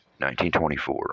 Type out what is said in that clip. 1924